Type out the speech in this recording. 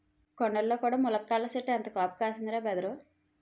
కొండల్లో కూడా ములక్కాడల సెట్టు ఎంత కాపు కాస్తందిరా బదరూ